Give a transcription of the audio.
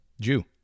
Jew